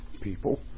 people